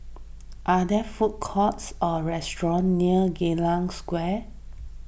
are there food courts or restaurants near Geylang Square